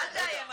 אל תאיים עלינו.